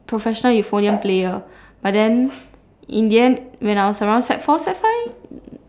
professional euphonium player but then in the end when I was around sec four sec five